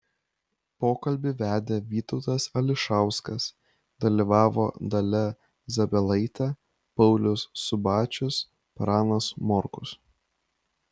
pokalbį vedė vytautas ališauskas dalyvavo dalia zabielaitė paulius subačius pranas morkus